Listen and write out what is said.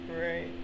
right